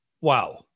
Wow